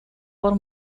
por